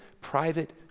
private